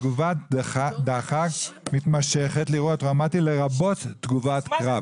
תגובת דחק מתמשכת לאירוע טראומטי לרבות תגובת קרב.